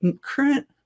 current